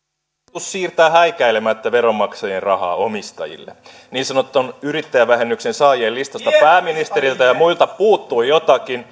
hallitus siirtää häikäilemättä veronmaksajien rahaa omistajille niin sanotun yrittäjävähennyksen saajien listasta pääministeriltä ja muilta puuttui jotakin